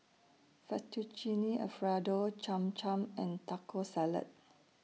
Fettuccine Alfredo Cham Cham and Taco Salad